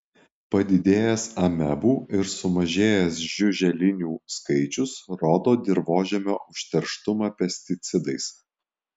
padidėjęs amebų ir sumažėjęs žiuželinių skaičius rodo dirvožemio užterštumą pesticidais